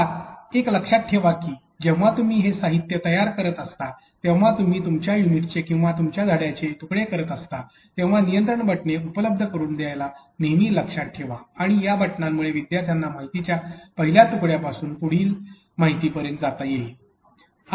आता लक्षात ठेवा की जेव्हा तुम्ही हे साहित्य तयार करत असता तेव्हा तुम्ही तुमच्या युनिटचे किंवा तुमच्या धड्याचे तुकडे करत असाल तेव्हा नियंत्रण बटणे उपलब्ध करून द्यायला नेहमी लक्षात ठेवा आणि ह्या बटनांमुळे विद्यार्थ्याला माहितीच्या पहिल्या तुकड्यापासून पुढील माहितीपर्यंत जाता येईल